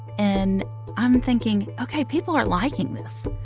and i'm thinking, ok, people are liking this.